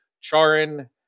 Charin